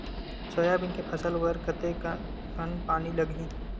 Soybean के फसल बर कतेक कन पानी लगही?